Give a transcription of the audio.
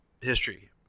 history